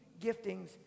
giftings